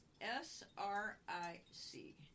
S-R-I-C